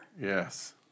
Yes